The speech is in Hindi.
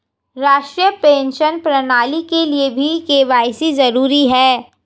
राष्ट्रीय पेंशन प्रणाली के लिए भी के.वाई.सी जरूरी है